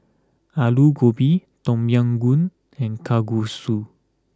Alu Gobi Tom Yam Goong and Kalguksu